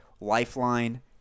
Lifeline